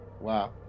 wow